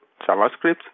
JavaScript